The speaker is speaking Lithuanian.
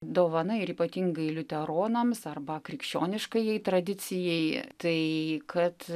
dovana ir ypatingai liuteronams arba krikščioniškajai tradicijai tai kad